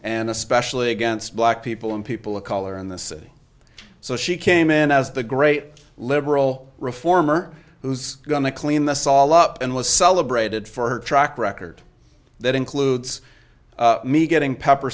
and especially against black people and people of color in the city so she came in as the great liberal reformer who's going to clean this all up and was celebrated for her track record that includes me getting pepper